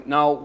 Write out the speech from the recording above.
Now